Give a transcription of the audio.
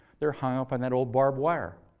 they're hung up on that old barbed wire,